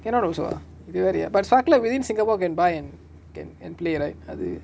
cannot also ah but sparkler within singapore can buy and play right